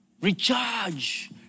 recharge